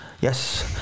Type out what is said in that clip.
Yes